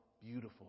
beautiful